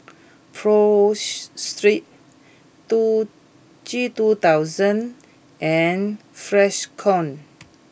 Pho Street two G two thousand and Freshkon